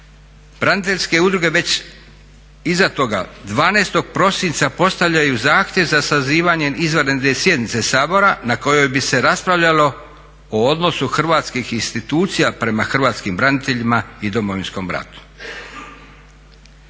Braniteljske udruge već iza toga 12. prosinca postavljaju zahtjev za sazivanjem izvanredne sjednice Sabora na kojoj bi se raspravljalo o odnosu hrvatskih institucija prema hrvatskim braniteljima i Domovinskom ratu